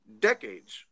decades